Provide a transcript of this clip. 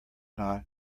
not